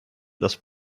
dass